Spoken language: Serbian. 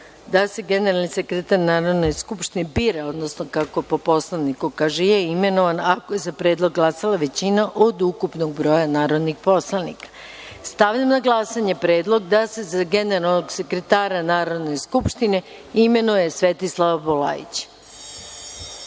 da se generalni sekretar Narodne skupštine bira, odnosno kako po Poslovniku kaže imenuje, ako je za predlog glasala većina od ukupnog broja narodnih poslanika. Stavljam na glasanje predlog da se za generalnog sekretara Narodne skupštine imenuje Svetislava